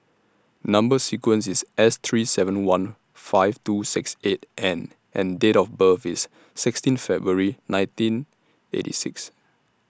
Number sequence IS S three seven one five two six eight N and Date of birth IS sixteen February nineteen eighty six